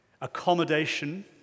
Accommodation